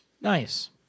Nice